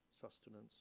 sustenance